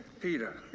Peter